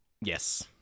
Yes